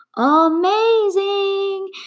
amazing